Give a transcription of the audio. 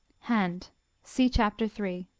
hand see chapter three.